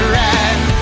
right